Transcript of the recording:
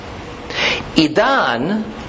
Idan